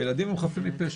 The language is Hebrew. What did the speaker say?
הילדים הם חפים מפשע,